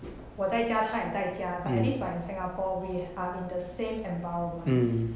我在家她也在家 but at least we are in singapore we are in the same environment